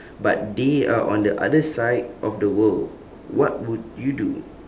but they are on the other side of the world what would you do